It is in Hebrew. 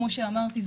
כפי שאמרתי,